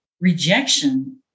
rejection